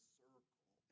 circle